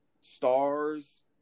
stars